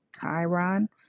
Chiron